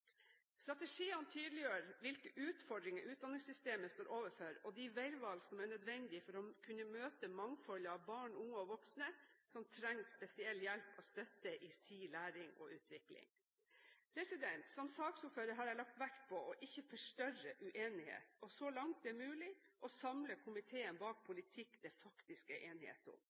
Strategiene tydeliggjør hvilke utfordringer utdanningssystemet står overfor, og de veivalg som er nødvendig for å kunne møte mangfoldet av barn, unge og voksne som trenger spesiell hjelp og støtte i sin læring og utvikling. Som saksordfører har jeg lagt vekt på ikke å forstørre uenighet og – så langt det er mulig – å samle komiteen bak politikk det faktisk er enighet om.